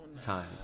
time